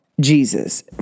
Jesus